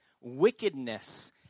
wickedness